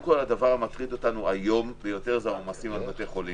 הדבר שמטריד אותנו ביותר הוא העומסים על בתי החולים.